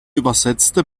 übersetzte